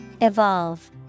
Evolve